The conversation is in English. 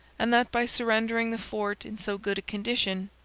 and that by surrendering the fort in so good a condition,